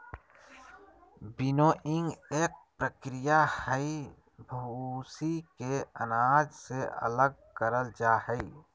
winnowing एक प्रक्रिया हई, भूसी के अनाज से अलग करल जा हई